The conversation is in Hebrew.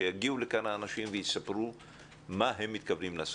שיגיעו לכאן האנשים ויספרו מה הם מתכוונים לעשות,